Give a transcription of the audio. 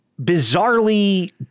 bizarrely